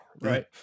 right